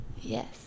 Yes